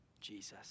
Jesus